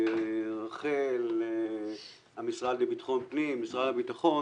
רח"ל, המשרד לביטחון פנים, משרד הביטחון